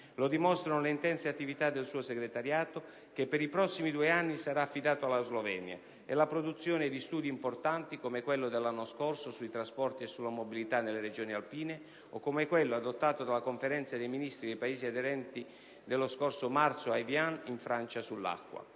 Lo dimostrano le intense attività del suo segretariato, che per i prossimi due anni sarà affidato alla Slovenia, e la produzione di studi importanti, come quello dell'anno scorso sui trasporti e sulla mobilità nelle regioni alpine o come quello sull'acqua, adottato lo scorso marzo dalla Conferenza dei Ministri dei Paesi aderenti a Evian, in Francia.